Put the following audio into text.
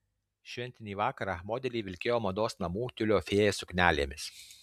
šventinį vakarą modeliai vilkėjo mados namų tiulio fėja suknelėmis